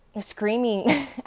screaming